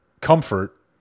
comfort